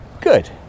Good